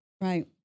Right